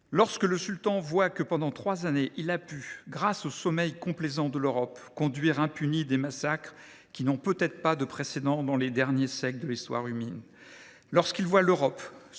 lorsque le Sultan voit que, pendant trois années, il a pu, grâce au sommeil complaisant de l’Europe, conduire impuni des massacres qui n’ont peut être pas de précédents dans les derniers siècles de l’histoire humaine, lorsqu’il voit l’Europe, se levant